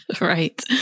right